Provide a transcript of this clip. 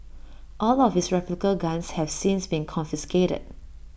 all of his replica guns have since been confiscated